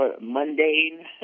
mundane